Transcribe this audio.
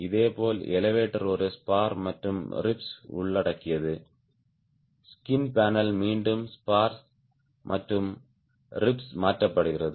இதேபோல் எலெவடோர் ஒரு ஸ்பார் மற்றும் ரிப்ஸ் உள்ளடக்கியது ஸ்கின் பேனல் மீண்டும் ஸ்பார்ஸ் மற்றும் ரிப்ஸ் மாற்றப்படுகிறது